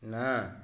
ନା